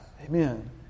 Amen